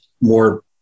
more